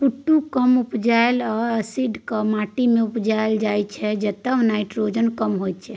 कुट्टू कम उपजाऊ आ एसिडिक माटि मे उपजाएल जाइ छै जतय नाइट्रोजन कम होइ